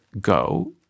go